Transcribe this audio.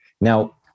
Now